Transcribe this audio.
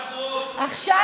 בעד החוק.